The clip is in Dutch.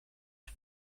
het